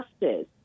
justice